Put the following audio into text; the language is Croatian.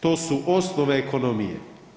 To su osnove ekonomije.